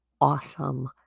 awesome